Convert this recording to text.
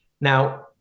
Now